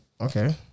Okay